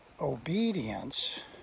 obedience